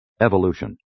evolution